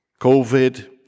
COVID